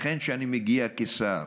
לכן, כשאני מגיע כשר,